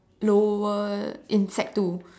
lower in sec two